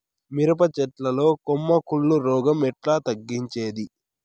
మిరప చెట్ల లో కొమ్మ కుళ్ళు రోగం ఎట్లా తగ్గించేది?